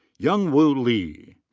youngwoo lee.